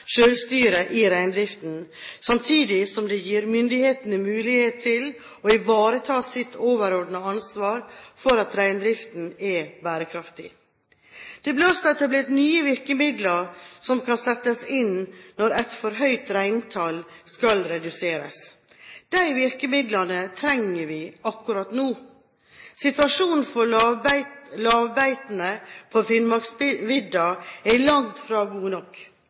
selvstyre i reindriften, samtidig som det gir myndighetene mulighet til å ivareta sitt overordnede ansvar for at reindriften er bærekraftig. Det ble også etablert nye virkemidler som kan settes inn når et for høyt reintall skal reduseres. De virkemidlene trenger vi akkurat nå. Situasjonen for lavbeitene på Finnmarksvidda er langt fra god nok.